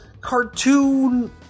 cartoon